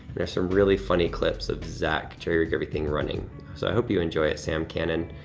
there's some really funny clips of zach trying everything running. so i hope you enjoy it, sam cannon.